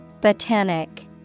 Botanic